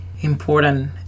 important